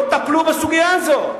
בואו טפלו בסוגיה הזאת.